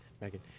Megan